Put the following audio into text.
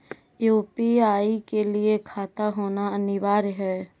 UPI के लिए खाता होना अनिवार्य है?